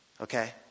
Okay